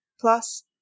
Plus